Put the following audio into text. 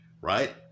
right